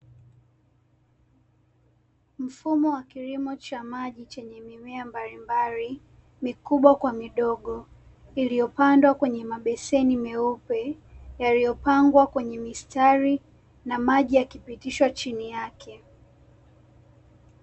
Mfumo wa kilimo cha maji chenye mimea mbalimbali, mikubwa kwa midogo, iliyopandwa kwenye mabeseni meupe, yaliyopangwa kwenye mistari na maji yakipitishwa chini yake.